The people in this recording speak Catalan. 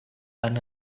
han